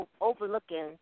overlooking